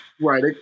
Right